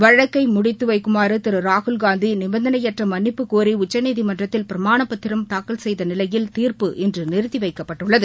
வழக்கை முடித்து வைக்குமாறு திரு ராகுல்காந்தி நிபந்தனையற்ற மன்னிப்பு கோரி உச்சநீதிமன்றத்தில் பிரமாணப் பத்திரம் தாக்கல் செய்த நிலையில் தீர்ப்பு இன்று நிறுத்திவைக்கப்பட்டுள்ளது